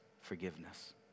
forgiveness